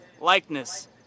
likeness